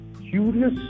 curious